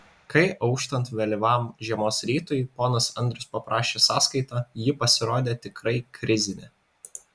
kai auštant vėlyvam žiemos rytui ponas andrius paprašė sąskaitą ji pasirodė tikrai krizinė